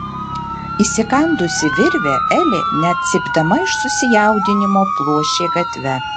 įsikandusi virvę elė net cypdama iš susijaudinimo pluošė gatve